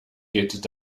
geht